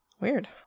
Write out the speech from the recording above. Weird